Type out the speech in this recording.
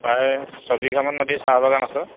প্ৰায় ছয়বিঘামান মাটি চাহ বাগান আছে